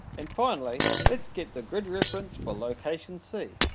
and finally let's get the grid reference for location c.